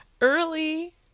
Early